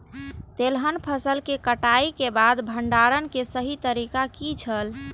तेलहन फसल के कटाई के बाद भंडारण के सही तरीका की छल?